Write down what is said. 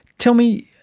tell me,